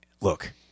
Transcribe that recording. look –